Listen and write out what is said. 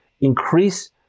Increase